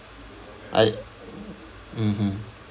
I mmhmm